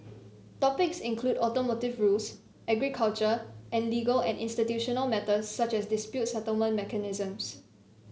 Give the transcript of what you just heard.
topics include automotive rules agriculture and legal and institutional matters such as dispute settlement mechanisms